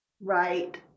Right